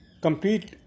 complete